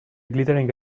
glittering